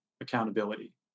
accountability